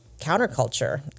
counterculture